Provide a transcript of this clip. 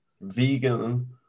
Vegan